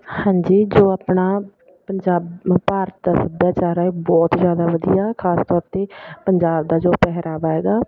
ਹਾਂਜੀ ਜੋ ਆਪਣਾ ਪੰਜਾਬ ਭਾਰਤ ਦਾ ਸੱਭਿਆਚਾਰ ਹੈ ਬਹੁਤ ਜ਼ਿਆਦਾ ਵਧੀਆ ਖਾਸ ਤੌਰ 'ਤੇ ਪੰਜਾਬ ਦਾ ਜੋ ਪਹਿਰਾਵਾ ਹੈਗਾ